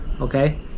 okay